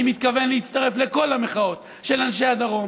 אני מתכוון להצטרף לכל המחאות של אנשי הדרום,